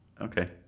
Okay